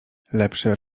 lepszy